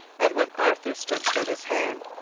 and when arthur stretched out his hand,